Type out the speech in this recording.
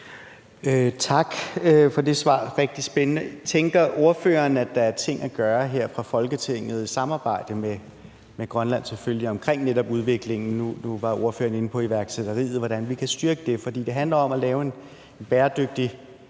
Tak for det svar. Det er rigtig spændende. Tænker ordføreren, at der er ting at gøre her fra Folketinget, selvfølgelig i samarbejde med Grønland, omkring netop udviklingen? Nu var ordføreren inde på iværksætteriet, og hvordan vi kan styrke det. For det handler jo om at lave en bæredygtig